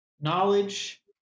knowledge